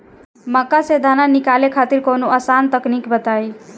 मक्का से दाना निकाले खातिर कवनो आसान तकनीक बताईं?